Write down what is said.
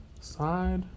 Side